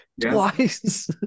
twice